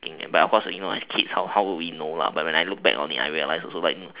but of course you know as kids how how would we know but when I look back on it I realize also like